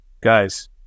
guys